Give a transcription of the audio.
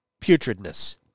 putridness